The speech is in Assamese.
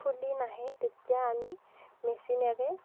ফুলি নাহে তেতিয়া আমি মেচিনেৰে